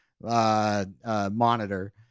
monitor